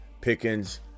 Pickens